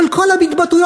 אבל כל ההתבטאויות,